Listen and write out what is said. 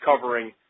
covering